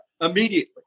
immediately